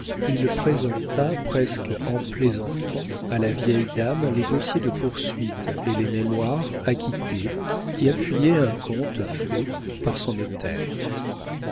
il présenta presque en plaisantant à la vieille dame les dossiers de poursuites et les mémoires acquittés qui appuyaient un compte fait par son notaire